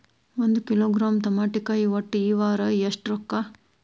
ಒಂದ್ ಕಿಲೋಗ್ರಾಂ ತಮಾಟಿಕಾಯಿ ಒಟ್ಟ ಈ ವಾರ ಎಷ್ಟ ರೊಕ್ಕಾ?